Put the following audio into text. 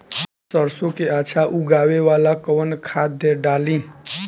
सरसो के अच्छा उगावेला कवन खाद्य डाली?